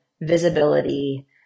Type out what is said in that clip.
visibility